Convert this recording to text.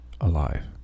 alive